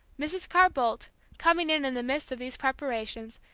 mrs. carr-boldt, coming in in the midst of these preparations,